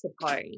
suppose